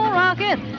rocket